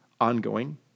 ongoing